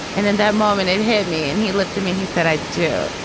and in that moment, it hit me. and he lifted me and he said, i do.